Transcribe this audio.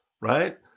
right